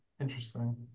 interesting